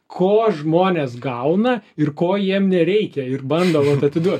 ko žmonės gauna ir ko jiem nereikia ir bando vat atiduot